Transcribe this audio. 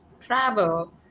travel